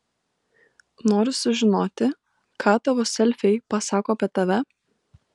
nori sužinoti ką tavo selfiai pasako apie tave